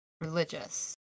religious